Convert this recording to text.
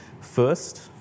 First